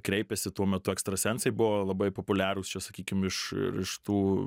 kreipėsi tuo metu ekstrasensai buvo labai populiarūs čia sakykim iš ir iš tų